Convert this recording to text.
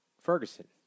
Ferguson